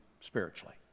spiritually